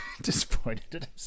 disappointed